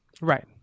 Right